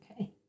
Okay